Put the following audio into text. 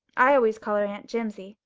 i always call her aunt jimsie.